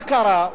מה קרה?